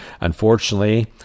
Unfortunately